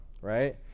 Right